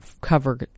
cover